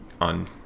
on